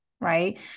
right